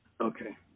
Okay